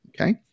okay